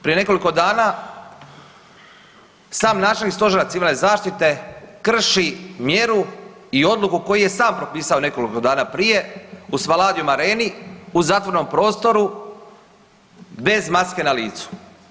Prije nekoliko dana sam načelnik Stožera civilne zaštite krši mjeru i odluku koju je sam propisao nekoliko dana prije u Spaladium Areni u zatvorenom prostoru bez maske na licu.